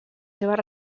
seves